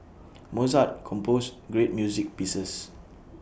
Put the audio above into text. Mozart composed great music pieces